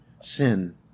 sin